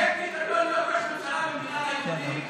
ראש ממשלה במדינת היהודים?